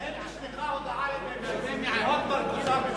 האם נשלחה הודעה להוד מלכותה, ?